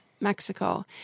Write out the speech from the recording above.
Mexico